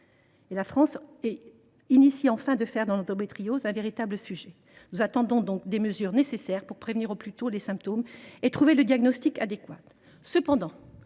La France entreprend, enfin, de faire de l’endométriose un véritable sujet. Nous attendons donc que soient prises les mesures nécessaires pour prévenir au plus tôt les symptômes et trouver le diagnostic adéquat.